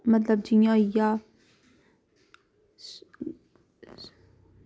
मतलब जि'यां होई गेआ